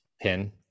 pin